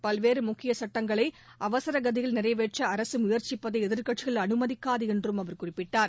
பல்வேறு முக்கியச் சட்டங்களை அவசரகதியில் நிறைவேற்ற அரசு முயற்சிப்பதை எதிர்க்கட்சிகள் அனுமதிக்காது என்றும் அவர் குறிப்பிட்டார்